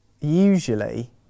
usually